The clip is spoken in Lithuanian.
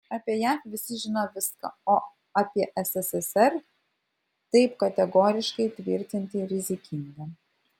apie jav visi žino viską o apie sssr taip kategoriškai tvirtinti rizikinga